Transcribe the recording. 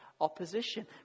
opposition